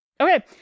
Okay